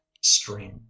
stream